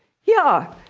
yeah,